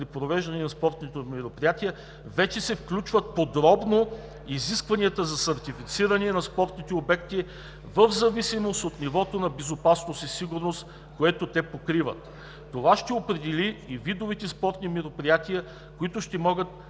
провеждане на спортните мероприятия вече се включват подробно изискванията за сертифициране на спортните обекти в зависимост от нивото на безопасност и сигурност, което те покриват. Това ще определи и видовете спортни мероприятия, които ще могат